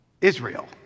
Israel